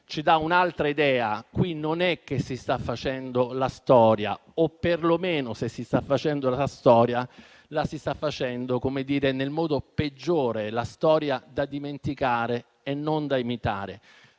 ci dà un'altra idea. Qui non si sta facendo la storia o perlomeno, se si sta facendo la storia, la si sta facendo nel modo peggiore: la storia da dimenticare e non da imitare.